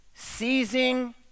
seizing